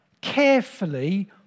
carefully